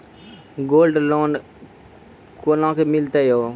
Gold loan कोना के मिलते यो?